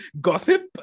gossip